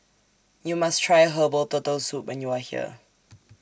YOU must Try Herbal Turtle Soup when YOU Are here